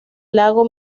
lago